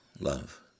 love